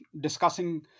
discussing